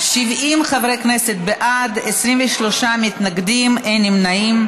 70 חברי כנסת בעד, 23 מתנגדים, אין נמנעים.